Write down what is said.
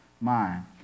mind